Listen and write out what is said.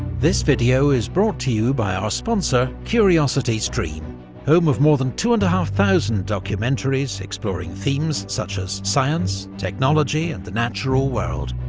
this video is brought to you by our sponsor curiositystream home of more than two and half-thousand documentaries exploring themes such as science, technology and the natural world,